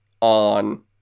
on